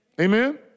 Amen